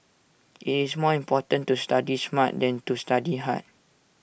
IT is more important to study smart than to study hard